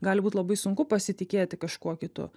gali būt labai sunku pasitikėti kažkuo kitu